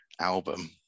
album